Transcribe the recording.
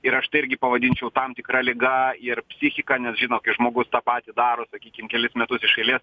ir aš tai irgi pavadinčiau tam tikra liga ir psichika nes žinot kai žmogus tą patį daro sakykim kelis metus iš eilės